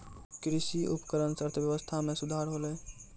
कृषि उपकरण सें अर्थव्यवस्था में सुधार होलय